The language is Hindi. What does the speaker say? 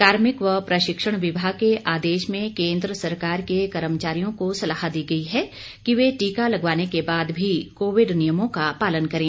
कार्मिक व प्रशिक्षण विभाग के आदेश में केन्द्र सरकार के कमर्चारियों को सलाह दी गई है कि वे टीका लगवाने के बाद भी कोविड नियमों का पालन करें